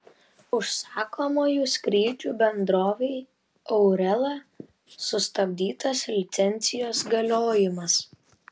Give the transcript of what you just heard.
užsakomųjų skrydžių bendrovei aurela sustabdytas licencijos galiojimas